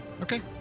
Okay